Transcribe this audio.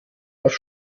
auf